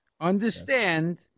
understand